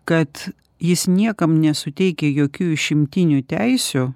kad jis niekam nesuteikia jokių išimtinių teisių